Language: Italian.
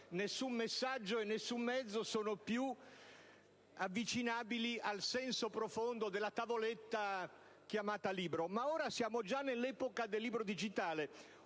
Nessun messaggio e nessun mezzo sono avvicinabili al senso profondo della tavoletta chiamata libro. Ma ora siamo già nell'epoca del libro digitale.